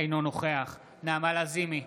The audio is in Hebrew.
אינו נוכח נעמה לזימי,